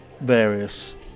various